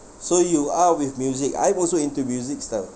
so you are with music I'm also into music style